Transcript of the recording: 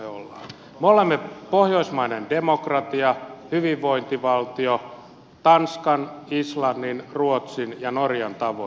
me olemme pohjoismainen demokratia hyvinvointivaltio tanskan islannin ruotsin ja norjan tavoin